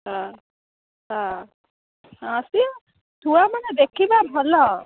ହଁ ସିଏ ଛୁଆମାନେ ଦେଖିବା ଭଲ